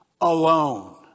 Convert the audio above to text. alone